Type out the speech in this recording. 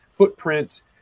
footprint